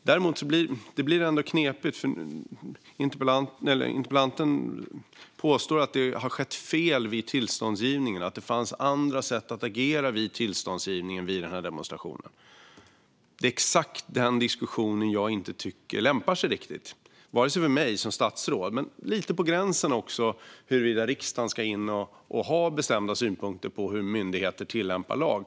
Det blir dock knepigt, för interpellanten påstår att fel har begåtts vid tillståndsgivningen - att det fanns andra sätt att agera vid tillståndsgivningen för den här demonstrationen. Det är exakt den diskussionen jag inte tycker lämpar sig riktigt. Den lämpar sig inte för mig som statsråd, och det är också lite på gränsen huruvida riksdagen ska in och ha bestämda synpunkter på hur myndigheter tillämpar lag.